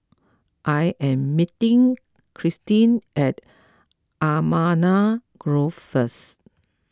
I am meeting Kristin at Allamanda Grove first